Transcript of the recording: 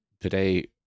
Today